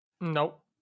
Nope